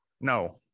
No